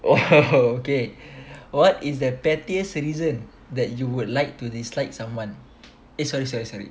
oh okay what is the pettiest reason that you would like to dislike someone eh sorry sorry sorry